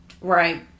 Right